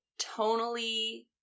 tonally